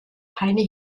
keine